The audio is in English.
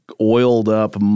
oiled-up